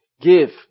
give